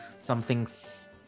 Something's